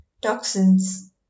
toxins